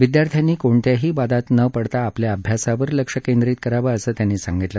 विद्यार्थ्यांनी कोणत्याही वादात न पडता आपल्या अभ्यासावर लक्ष केंद्रीत करावं असं त्यांनी सांगितलं